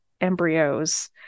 embryos